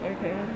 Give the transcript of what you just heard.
Okay